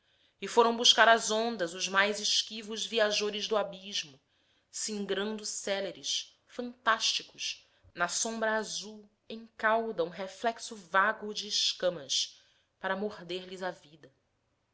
e foram buscar às ondas os mais esquivos viajores do abismo singrando céleres fantásticos na sombra azul em cauda um reflexo vago de escamas para morder lhes a vida